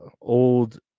old